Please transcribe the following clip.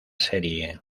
serie